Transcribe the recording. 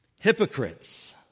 Hypocrites